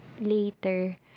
later